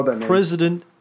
President